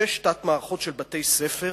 שש תת-מערכות של בתי-ספר,